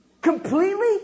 Completely